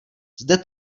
zde